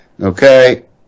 Okay